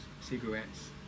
cigarettes